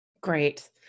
Great